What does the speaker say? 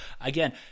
again